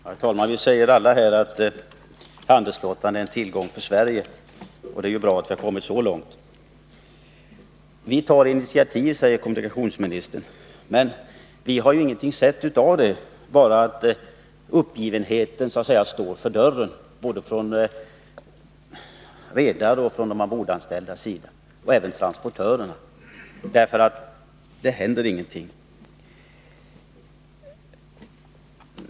Herr talman! Ni säger alla i denna debatt att handelsflottan är en tillgång för Sverige, och det är ju bra att ni har kommit fram till den insikten. Vi tar initiativ, säger kommunikationsministern. Men vi andra har ju inte sett någonting av dessa, bara att uppgivenheten står för dörren hos både redare, ombordanställda och transportörer. Orsaken till det är att det inte händer någonting.